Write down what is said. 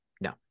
No